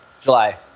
July